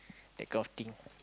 take off thing